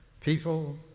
people